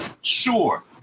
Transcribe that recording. Sure